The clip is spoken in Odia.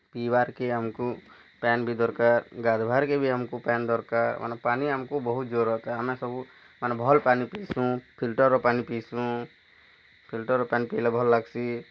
ପିଇବାର୍ କେ ଆମ୍କୁ ପାନ୍ ବି ଦରକାର୍ ଗାଧ୍ବାର୍ କେ ବି ଆମ୍କୁ ପାନ୍ ଦରକାର୍ ମାନେ ପାନି ଆମକୁ ବହୁତ ଜୋର କା ଆମେ ସବୁ ମାନେ ଭଲ ପାନି ପିଇଁସୁ ଫିଲଟର୍ ପାନି ପିଇଁସୁ ଫିଲଟର୍ ପାନି ପିଇଲେ ଭଲ୍ ଲାଗ୍ସି